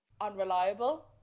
unreliable